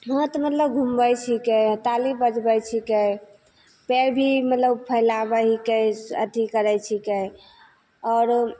हाथ मतलब घुमबै छिकै ताली बजबै छिकै पाएर भी मतलब फैलाबै हिकै अथी करै छिकै आओर